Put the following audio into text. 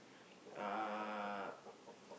uh